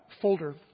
folder